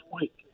week